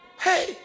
hey